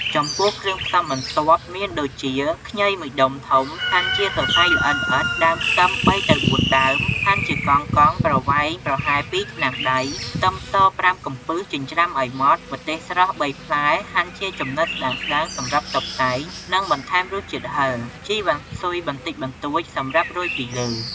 ចំពោះគ្រឿងផ្សំបន្ទាប់ មានដូចជាខ្ញី ១ ដុំធំ ហាន់ជាសរសៃល្អិតៗ, ដើមខ្ទឹម ៣ទៅ៤ ដើម ហាន់ជាកង់ៗ ប្រវែងប្រហែល ២ ថ្នាំងដៃ, ខ្ទឹមស ៥ កំពឹសចិញ្ច្រាំឲ្យម៉ដ្ឋ, , ម្ទេសស្រស់ ៣ ផ្លែ ហាន់ជាចំណិតស្តើងៗសម្រាប់តុបតែង និងបន្ថែមរសជាតិហិរ, ជីរវ៉ាន់ស៊ុយបន្តិចបន្តួចសម្រាប់រោយពីលើ។